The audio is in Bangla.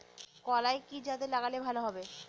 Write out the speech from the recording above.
কলাই কি জাতে লাগালে ভালো হবে?